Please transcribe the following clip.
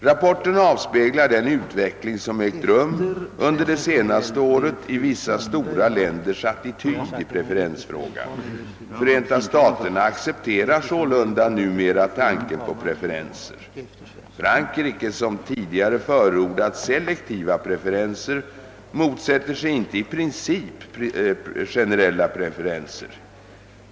Rapporten avspeglar den utveckling som ägt rum under det senaste året i vissa stora länders attityd i preferensfrågan. Förenta staterna accepterar sålunda numera tanken på preferenser. Frankrike, som tidigare förordade selektiva preferenser, motsätter sig inte i princip generella preferenser.